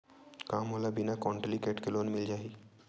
का मोला बिना कौंटलीकेट के लोन मिल जाही?